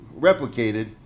replicated